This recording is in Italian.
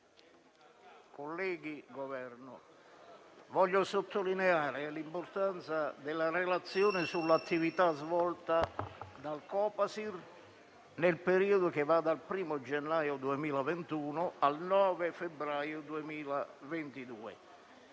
del Governo, voglio sottolineare l'importanza della relazione sull'attività svolta dal Copasir nel periodo che va dal 1° gennaio 2021 al 9 febbraio 2022.